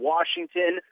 Washington